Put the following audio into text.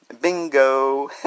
Bingo